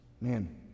Man